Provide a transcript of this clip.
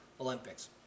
Olympics